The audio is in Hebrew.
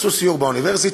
עשו סיור באוניברסיטה,